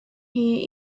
here